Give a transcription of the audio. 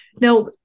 Now